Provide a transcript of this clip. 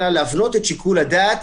אלא להבנות את שיקול הדעת